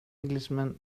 englishman